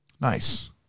Nice